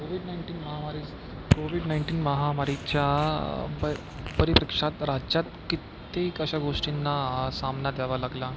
Covid nineteen महामारी Covid nineteen महामारीच्या परिप्रेक्ष्यात कित्येक अशा गोष्टींना सामना द्यावा लागला